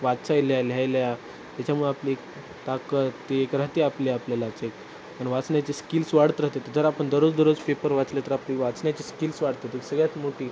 वाचायल्या लिहायल्या त्याच्यामुळं आपली एक ताक द ते एक राहत आहे आपली आपल्यालाच एक पण वाचण्याचे स्कील्स वाढत राहतात जर आपण दररोज दररोज पेपर वाचले तर आपले वाचण्याचे स्कील्स वाढत आहेत सगळ्यात मोठी